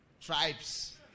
Tribes